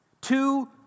Two